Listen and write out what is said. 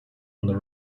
and